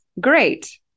Great